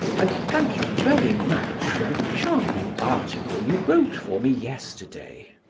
and thank you very much for the charming article you wrote for me yesterday.